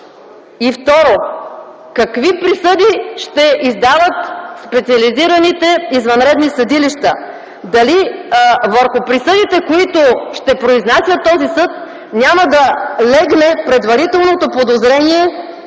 Второ, какви присъди ще издават специализираните извънредни съдилища? Дали върху присъдите, които ще произнася този съд, няма да легне предварителното подозрение,